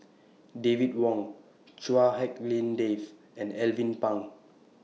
David Wong Chua Hak Lien Dave and Alvin Pang